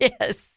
Yes